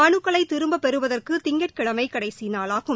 மனுக்களை திரும்பப்பெறுவதற்கு திங்கட்கிழமை கடைசி நாளாகும்